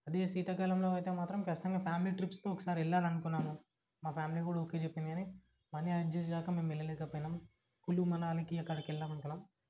అదే శీతాకాలంలో అయితే మాత్రం ఖచ్చితంగా ఫ్యామిలీ ట్రిప్స్కి ఒకసారి వెళ్ళాలనుకున్నాము మా ఫ్యామిలీ కూడా ఓకే చెప్పింది కానీ మనీ అడ్జస్ట్ కాక మేము వెళ్ళలేక పోయినాం కులూ మనాలీకి అక్కడికి వెళ్దాం అనుకున్నాం